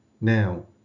Now